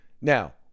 Now